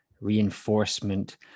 reinforcement